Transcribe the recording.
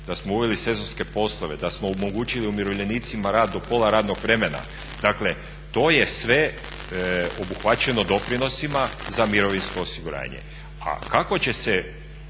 da smo uveli sezonske poslove, da smo omogućili umirovljenicima rad do pola radnog vremena, dakle to je sve obuhvaćeno doprinosima za mirovinsko osiguranje. A kako će se,